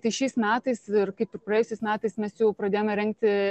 tai šiais metais ir kaip ir praėjusiais metais mes jau pradėjome rengti